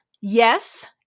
Yes